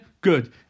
good